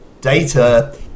Data